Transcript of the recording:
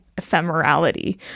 ephemerality